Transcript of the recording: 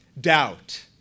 doubt